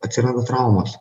atsiranda traumos